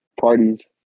Parties